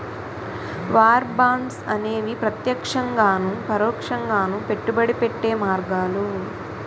war bonds అనేవి ప్రత్యక్షంగాను పరోక్షంగాను పెట్టుబడి పెట్టే మార్గాలు